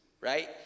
right